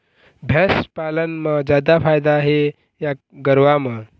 भैंस पालन म जादा फायदा हे या गरवा म?